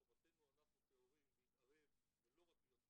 חובתנו אנחנו כהורים להתערב ולא רק להיות מעורבים,